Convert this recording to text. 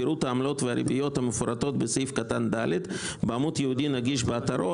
פירוט העמלות והריביות המפורטות בסעיף קטן (ד) בעמוד ייעודי נגיש באתרו,